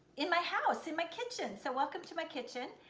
in my house, in my kitchen. so welcome to my kitchen,